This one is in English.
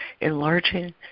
enlarging